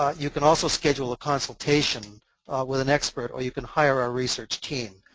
ah you can also schedule a consultation with an expert, or you can hire our research team.